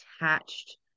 attached